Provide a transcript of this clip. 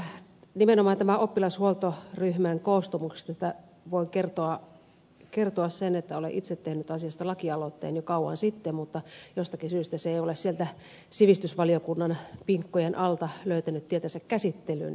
elikkä nimenomaan tämän oppilashuoltoryhmän koostumuksesta voin kertoa sen että olen itse tehnyt asiasta lakialoitteen jo kauan sitten mutta jostakin syystä se ei ole sieltä sivistysvaliokunnan pinkkojen alta löytänyt tietänsä käsittelyyn